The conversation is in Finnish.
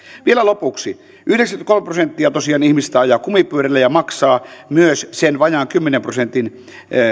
vielä lopuksi tosiaan yhdeksänkymmentäkolme prosenttia ihmisistä ajaa kumipyörillä ja maksaa myös sen vajaan kymmenen prosentin